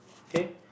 okay